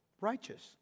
righteous